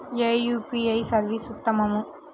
ఏ UPI service ఉత్తమము?